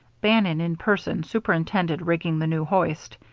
bannon in person superintended rigging the new hoist.